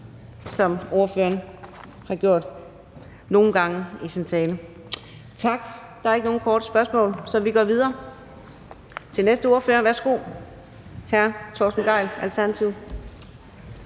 som fru Theresa Scavenius gjorde nogle gange i sin tale. Der er ikke nogen korte bemærkninger, så vi går videre til næste ordfører. Værsgo til hr. Torsten Gejl, Alternativet.